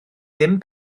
ddim